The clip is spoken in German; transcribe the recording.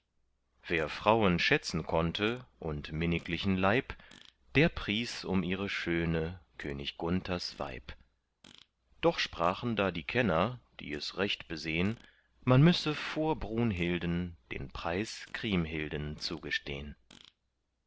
wer frauen schätzen konnte und minniglichen leib der pries um ihre schöne könig gunthers weib doch sprachen da die kenner die es recht besehn man müsse vor brunhilden den preis kriemhilden zugestehn